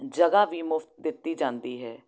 ਜਗ੍ਹਾ ਵੀ ਮੁਫ਼ਤ ਦਿੱਤੀ ਜਾਂਦੀ ਹੈ